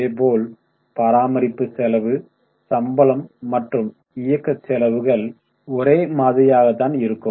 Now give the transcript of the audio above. அதே போல் பராமரிப்பு செலவு சம்பளம் மற்றும் இயக்க செலவுகள் ஒரே மாதிரியாக தான் இருக்கும்